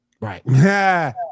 Right